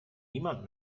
niemand